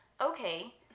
okay